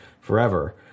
forever